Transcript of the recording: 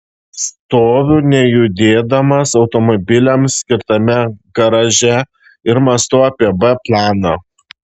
stoviu nejudėdamas automobiliams skirtame garaže ir mąstau apie b planą